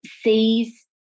sees